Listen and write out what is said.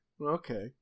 okay